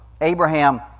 Abraham